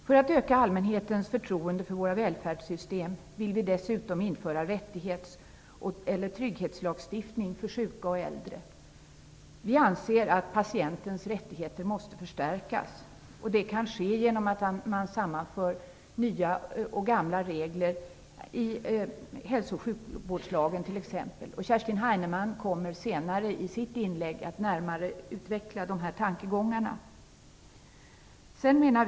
För att öka allmänhetens förtroende för våra välfärdssystem vill vi dessutom införa en trygghetslagstiftning för sjuka och äldre. Vi anser att patientens rättigheter måste förstärkas. Det kan ske genom att man sammanför nya och gamla regler i t.ex. Hälsooch sjukvårdslagen. Kerstin Heinemann kommer senare att närmare utveckla dessa tankegångar i sitt inlägg.